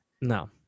no